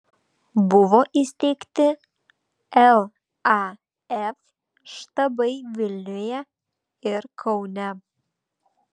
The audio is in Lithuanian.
buvo įsteigti laf štabai vilniuje ir kaune